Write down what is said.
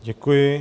Děkuji.